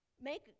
make